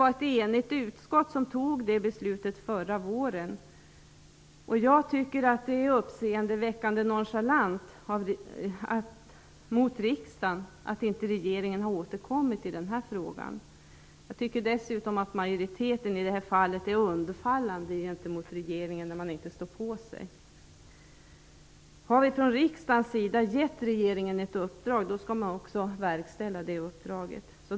Riksdagens beslut fattades i enighet förra våren, och jag tycker att det är uppseendeväckande nonchalant mot riksdagen att regeringen inte har återkommit i denna fråga. Jag tycker dessutom att majoriteten i det här fallet är undfallande mot regeringen, när man inte står på sig. Om riksdagen har gett regeringen ett uppdrag skall det också verkställas.